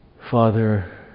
Father